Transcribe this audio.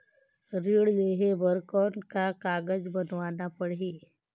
ऋण लेहे बर कौन का कागज बनवाना परही?